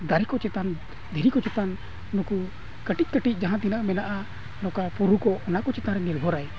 ᱫᱟᱨᱮ ᱠᱚ ᱪᱮᱛᱟᱱ ᱫᱷᱤᱨᱤ ᱠᱚ ᱪᱮᱛᱟᱱ ᱩᱱᱠᱩ ᱠᱟᱹᱴᱤᱡᱼᱠᱟᱹᱴᱤᱡ ᱡᱟᱦᱟᱸ ᱛᱤᱱᱟᱹᱜ ᱢᱮᱱᱟᱜᱼᱟ ᱱᱚᱝᱠᱟ ᱵᱩᱨᱩ ᱠᱚ ᱚᱱᱟ ᱠᱚ ᱪᱮᱛᱟᱱ ᱨᱮᱜᱮ ᱱᱤᱨᱵᱷᱚᱨᱟᱭ